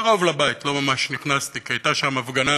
קרוב לבית, לא ממש נכנסתי, כי הייתה שם הפגנה